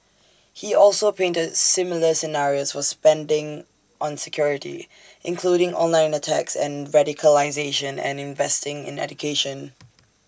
he also painted similar scenarios for spending on security including online attacks and radicalisation and investing in education